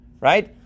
right